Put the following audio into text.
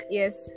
yes